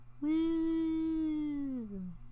Woo